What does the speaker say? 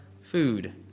food